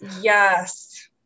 yes